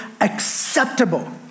acceptable